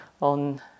on